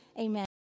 amen